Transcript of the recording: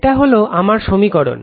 এটা হলো আমার সমীকরণ